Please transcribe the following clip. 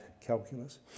calculus